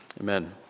Amen